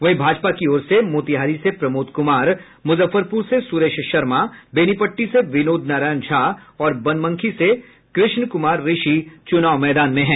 वहीं भाजपा की ओर से मोतिहारी से प्रमोद कुमार मुजफ्फरपुर से सुरेश शर्मा बेनीपट्टी से विनोद नारायण झा और बनमनखी से कृष्ण कुमार ऋषि चुनाव मैदान में हैं